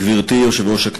גברתי היושבת-ראש,